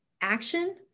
action